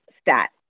stat